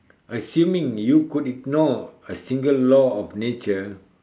assuming you could ignore a single law of nature